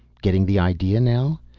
getting the idea now?